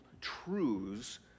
truths